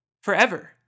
Forever